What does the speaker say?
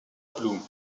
bloom